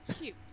cute